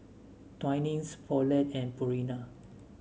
Twinings Poulet and Purina